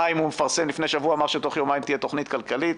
מפרסם תוכנית כלכלית.